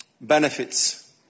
benefits